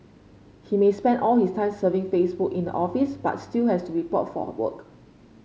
he may spend all his time surfing Facebook in the office but still has to report for work